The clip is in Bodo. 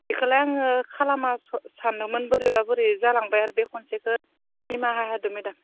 बेखौलाय आङो खालामा सान्दोंमोन बोरैबा बोरै जालांबाय आरो बे खनसेखौ निमाहा होदो मेदाम